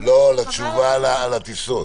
בתשובה על הטיסות.